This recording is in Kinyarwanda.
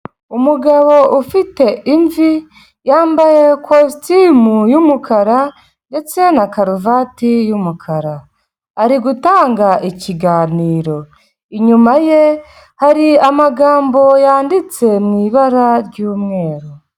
Umugabo ufite imvi, yambaye ikositimu y'umukara ndetse na karuvati y'umukara, ari gutanga ikiganiro, inyuma ye hari amagambo yanditse mu ibara ry'umweru.